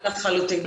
לחלוטין.